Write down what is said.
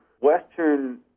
western